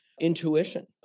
intuition